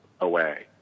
away